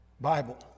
Bible